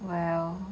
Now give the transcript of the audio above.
well